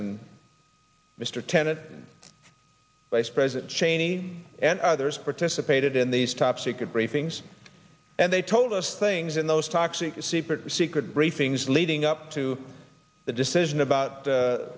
and mr tenet vice president cheney and others participated in these top secret briefings and they told us things in those toxic secret secret briefings leading up to the decision about